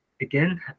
again